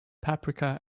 paprika